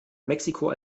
mexiko